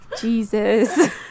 Jesus